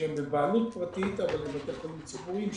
שהם בבעלות פרטית אבל הם בתי חולים ציבוריים,